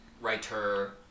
writer